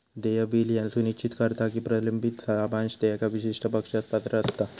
देय बिल ह्या सुनिश्चित करता की प्रलंबित लाभांश देयका विशिष्ट पक्षास पात्र असता